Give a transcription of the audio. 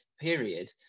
period